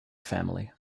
family